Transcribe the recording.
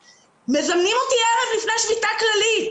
מזמנים אותי ערב לפני שביתה כללית.